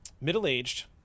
middle-aged